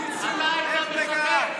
אתה היית משדך.